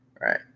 Right